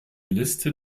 liste